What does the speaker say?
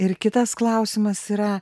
ir kitas klausimas yra